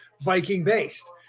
Viking-based